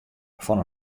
fan